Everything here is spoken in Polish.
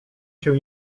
się